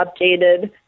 updated